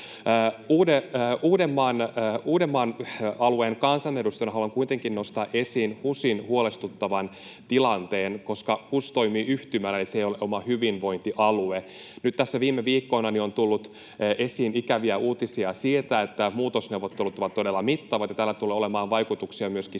Uudenmaan alueen kansanedustajana haluan kuitenkin nostaa esiin HUSin huolestuttavan tilanteen, koska HUS toimii yhtymänä, eli se ei ole oma hyvinvointialueensa. Nyt tässä viime viikkoina on tullut esiin ikäviä uutisia sieltä, että muutosneuvottelut ovat todella mittavat ja tällä tulee olemaan vaikutuksia myöskin alueen